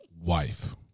Wife